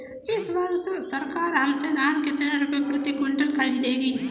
इस वर्ष सरकार हमसे धान कितने रुपए प्रति क्विंटल खरीदेगी?